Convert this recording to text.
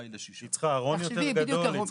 היא --- היא צריכה ארון יותר גדול,